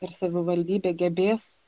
ar savivaldybė gebės